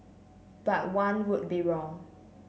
but one would be wrong